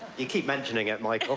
you keep mentioning it, michael.